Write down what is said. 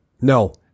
No